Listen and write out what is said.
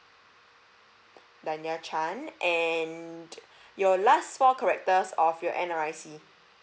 danya chan and your last four characters of your N_R_I_C